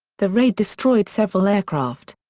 the raid destroyed several aircraft.